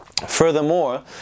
Furthermore